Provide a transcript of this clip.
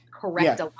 correct